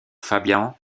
fabian